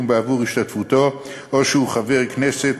בעבור השתתפותו או שהוא חבר הכנסת,